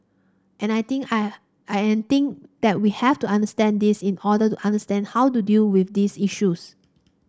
and I think I and I think that we have to understand this in order to understand how to deal with these issues